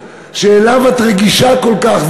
שאליו את רגישה כל כך,